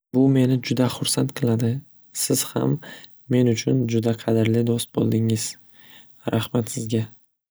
Bu meni juda xursand qiladi siz ham men uchun juda qadrli do'st bo'ldingiz raxmat sizga.